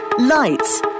lights